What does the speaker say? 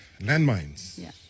landmines